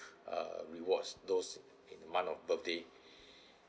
uh reward those in month of birthday